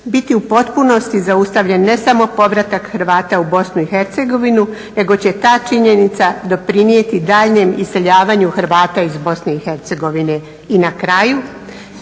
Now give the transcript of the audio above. biti u potpunosti zaustavljen ne samo povratak Hrvata u BiH nego će ta činjenica doprinijeti daljnjem iseljavanju Hrvata iz BiH. I na kraju,